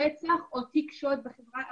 רצח או תיק שוד בחברה הערבית,